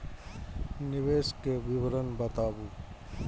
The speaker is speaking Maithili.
निवेश के विवरण बताबू?